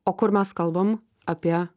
o kur mes kalbam apie